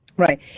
Right